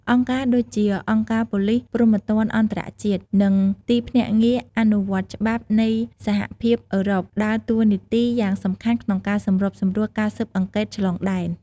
អង្គការដូចជា អង្គការប៉ូលិសព្រហ្មទណ្ឌអន្តរជាតិ និងទីភ្នាក់ងារអនុវត្តច្បាប់នៃសហភាពអឺរ៉ុប ដើរតួនាទីយ៉ាងសំខាន់ក្នុងការសម្របសម្រួលការស៊ើបអង្កេតឆ្លងដែន។